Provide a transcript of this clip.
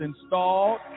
installed